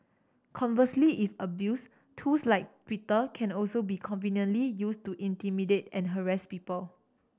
conversely if abused tools like Twitter can also be conveniently used to intimidate and harass people